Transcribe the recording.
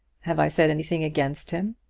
have i said anything against him?